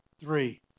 three